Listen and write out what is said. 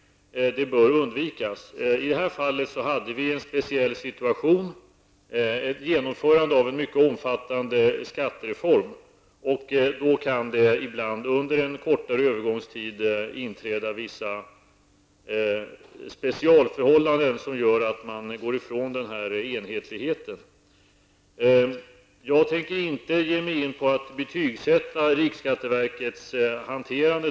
Det bör undvikas. I detta fall hade vi en speciell situation, ett genomförande av en mycket omfattande skattereform, och då kan ibland under en kortare övergångstid inträda vissa specialförhållanden som gör att man går ifrån enhetligheten. Jag tänker inte ge mig in på att betygsätta riksskatteverkets hanterande.